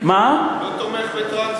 הוא לא תומך בטרנספר.